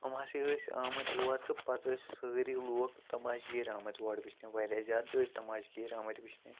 یِم ہاسے ٲسۍ آمٕتۍ اور تہٕ پَتہٕ ٲسۍ سٲری لوٗکھ تماش گیٖر آمٕتۍ اور وٕچھنہِ واریاہ زیادٕ ٲسۍ تَماش گیٖر آمٕتۍ وٕچھنہِ